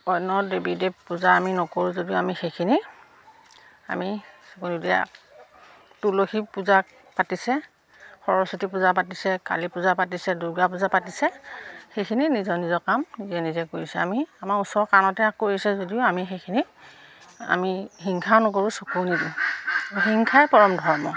অন্য দেৱী দেৱ পূজা আমি নকৰোঁ যদিও আমি সেইখিনি আমি চকু নিদিয়া তুলসী পূজা পাতিছে সৰস্বতী পূজা পাতিছে কালি পূজা পাতিছে দুৰ্গা পূজা পাতিছে সেইখিনি নিজৰ নিজৰ কাম নিজে নিজে কৰিছে আমি আমাৰ ওচৰ কাণতে কৰিছে যদিও আমি সেইখিনি আমি হিংসাও নকৰোঁ চকুও নিদিওঁ অহিংসাই পৰম ধৰ্ম